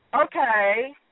Okay